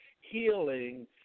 healing